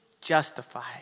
justified